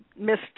missed